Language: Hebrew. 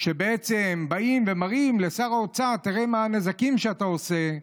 כשבאים ומראים לשר האוצר: תראה מה הנזקים שאתה עושה,